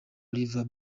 olivier